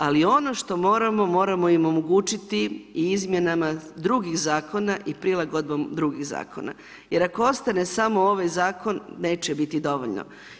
Ali ono što moramo, moramo im omogućiti i izmjenama drugih zakona i prilagodbom drugih zakona jer ako ostane samo ovaj zakon neće biti dovoljno.